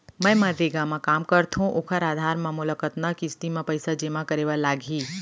मैं मनरेगा म काम करथो, ओखर आधार म मोला कतना किस्ती म पइसा जेमा करे बर लागही?